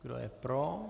Kdo je pro?